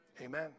Amen